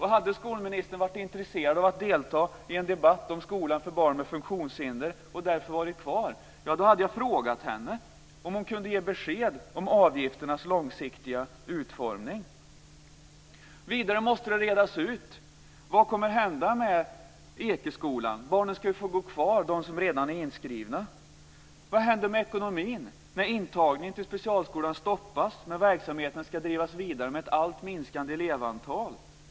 Hade skolministern varit intresserad av att delta i en debatt om skolgång för barn med funktionshinder och därför stannat kvar i kammaren hade jag frågat henne om hon kan ge besked om avgifternas långsiktiga utformning. Vidare måste det redas ut vad som kommer att hända med Ekeskolan. De barn som redan är inskrivna ska ju få gå kvar. Vad händer med ekonomin när intagningen till specialskolan stoppas och verksamheten ska drivas vidare med ett minskande elevantal?